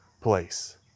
place